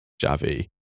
Javi